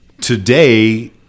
today